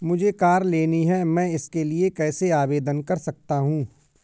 मुझे कार लेनी है मैं इसके लिए कैसे आवेदन कर सकता हूँ?